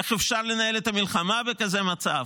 איך אפשר לנהל את המלחמה בכזה מצב?